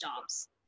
jobs